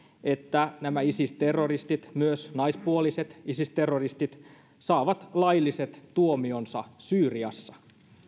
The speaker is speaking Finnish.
että nämä isis terroristit myös naispuoliset isis terroristit saavat lailliset tuomionsa syyriassa